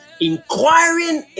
inquiring